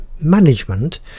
management